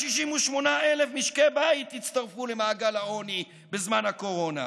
268,000 משקי בית הצטרפו למעגל העוני בזמן הקורונה,